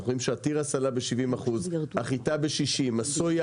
אנחנו רואים שהתירס עלה ב-70%, החיטה ב-60%, הסויה